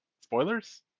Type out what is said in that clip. Spoilers